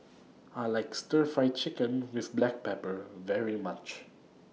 I like Stir Fry Chicken with Black Pepper very much